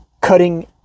cutting